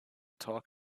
talk